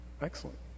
excellent